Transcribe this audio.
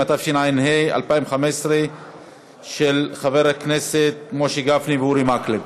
של חברי הכנסת משה גפני ואורי מקלב.